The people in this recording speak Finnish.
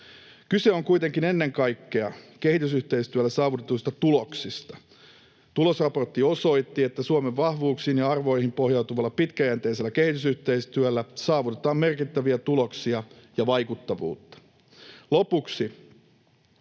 Kyse on kuitenkin ennen kaikkea kehitysyhteistyöllä saavutetuista tuloksista. Tulosraportti osoitti, että Suomen vahvuuksiin ja arvoihin pohjautuvalla pitkäjänteisellä kehitysyhteistyöllä saavutetaan merkittäviä tuloksia ja vaikuttavuutta.